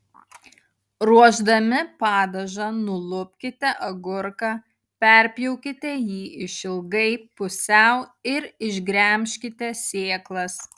ruošdami padažą nulupkite agurką perpjaukite jį išilgai pusiau ir išgremžkite sėklas